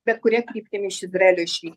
bet kuria kryptim iš izraelio išvyk